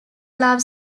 love